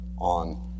on